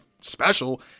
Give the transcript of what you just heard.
special